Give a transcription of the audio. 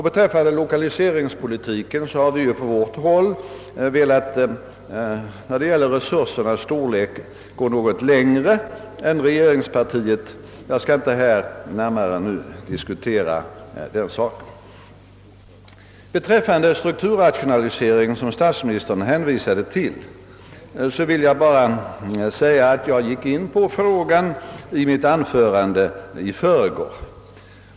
Beträffande lokaliseringspolitiken vill jag säga att vi på vårt håll när det gäller resursernas storlek velat gå något längre än regeringspartiet. Jag skall inte här närmare diskutera den saken. Om = strukturrationaliseringen, som statsministern hänvisade till, vill jag bara säga att jag gick in på frågan i mitt anförande i förrgår.